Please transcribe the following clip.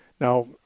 Now